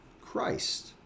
Christ